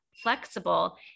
flexible